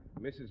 Mrs